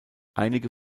einige